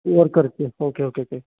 करते okay okay okay